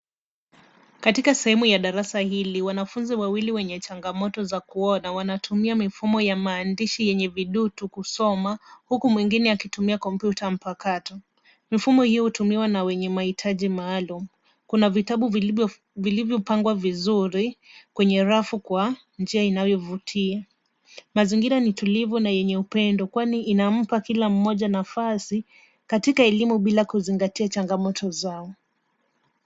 Katika sehemu ya darasa hili, wanafunzi wawili wenye changamoto za kuona wanatumia mifumo ya maandishi yenye vidutu kusoma huku mwingine akitumia kompyuta mpakato. Mifumo hiyo hutumiwa na wenye mahitaji maalum. Kuna vitabu vilivyopangwa vizuri kwenye rafu Kwa njia inayovutia. Mazingira ni tulivu na yenye upendo kwani inampa kila mmoja nafasi katika elimu bila kuzingatia changamoto zao.